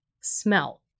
smell